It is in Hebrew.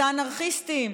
את האנרכיסטים,